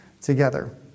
together